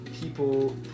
people